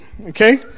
Okay